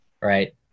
right